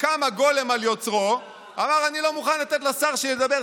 קם הגולם על יוצרו ואמר: אני לא מוכן לתת לשר שידבר.